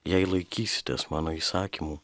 jei laikysitės mano įsakymų